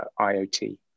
IOT